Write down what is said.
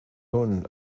hwn